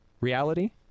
reality